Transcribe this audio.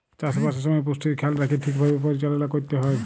চাষবাসের সময় পুষ্টির খেয়াল রাইখ্যে ঠিকভাবে পরিচাললা ক্যইরতে হ্যয়